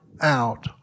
out